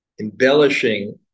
embellishing